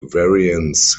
variants